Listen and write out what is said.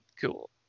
Cool